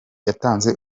yatanze